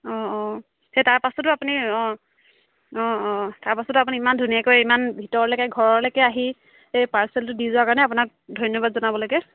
অঁ অঁ সেই তাৰপাছতো আপুনি অঁ অঁ অঁ তাৰপাছতো আপুনি ইমান ধুনীয়াকৈ ইমান ভিতৰলৈকে ঘৰলৈকে আহি সেই পাৰ্চেলটো দি যোৱাৰ কাৰণে আপোনাক ধন্যবাদ জনাবলৈকে